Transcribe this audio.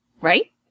Right